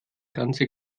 ganze